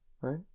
right